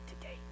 today